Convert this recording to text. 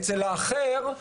אצל האחר,